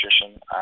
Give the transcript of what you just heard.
Nutrition